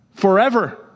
forever